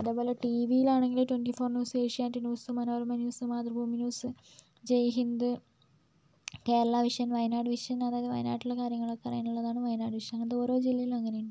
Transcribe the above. അതുപോലെ ടീ വിയിൽ ആണെങ്കിലും twenty four news Asianet news Manorama news Mathrubhumi news Jaihind Kerala vision Wayanad vision അതായത് വയനാട്ടിലെ കാര്യങ്ങളൊക്കെ അറിയാനായിട്ടുള്ളതാണ് വയനാട് വിഷൻ അത് ഓരോ ജില്ലയിലും അങ്ങനെ ഉണ്ട്